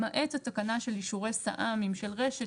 למעט התקנה של אישורי של רש"ת,